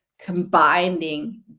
combining